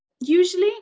usually